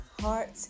heart